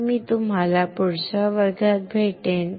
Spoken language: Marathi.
तर मी तुला पुढच्या वर्गात भेटेन